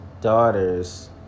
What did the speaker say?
daughters